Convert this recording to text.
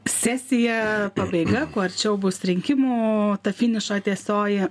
sesija pabaiga kuo arčiau bus rinkimų finišo tiesioji